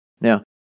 Now